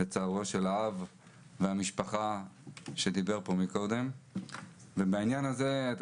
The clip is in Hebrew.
בצערו של האב שדיבר פה קודם ובצער המשפחה.